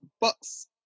box